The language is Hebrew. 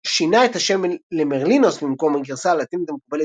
שינה את השם למרלינוס במקום הגרסה הלטינית המקובלת,